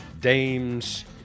dames